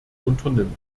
unternimmt